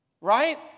right